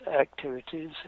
activities